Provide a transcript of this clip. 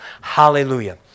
Hallelujah